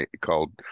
called